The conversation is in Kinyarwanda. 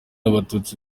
abatutsi